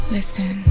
Listen